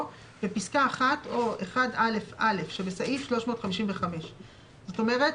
"בפסקה (1) או (1א)(א) שבסעיף 355". זאת אומרת,